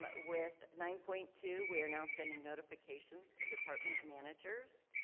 but with nine point two we are now sending notifications to department managers.